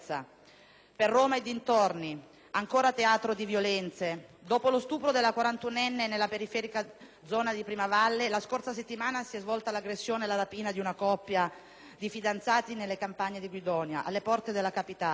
per Roma e dintorni, ancora teatro di violenze. Dopo lo stupro della quarantunenne nella periferica zona di Primavalle, la scorsa settimana si è registrata l'aggressione di una coppia di fidanzati nelle campagne di Guidonia, alle porte della capitale,